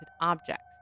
objects